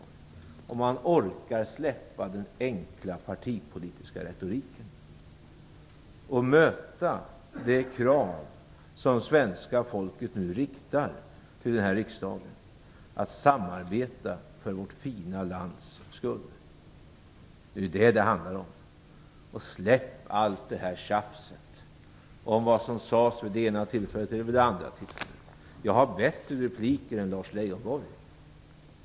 Det krävs dock att man orkar släppa den enkla partipolitiska retoriken och möta de krav som svenska folket nu ställer på den här riksdagen att samarbeta för vårt fina lands skull. Det är det som det handlar om. Släpp allt det här tjafset om vad som sades vid det ena eller det andra tillfället! Jag har bättre repliker än Lars Leijonborg.